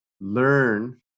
learn